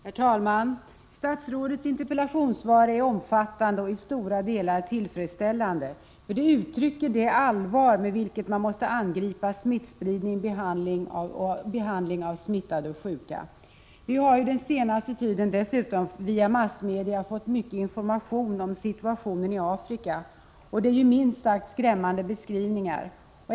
Herr talman! Statsrådets interpellationssvar är omfattande och i stora delar tillfredsställande. Det uttrycker det allvar med vilket man måste angripa smittspridningen liksom behandlingen av smittade och sjuka. Under den senaste tiden har vi via massmedia fått mycket information om situationen i Afrika. Det är minst sagt skrämmande beskrivningar.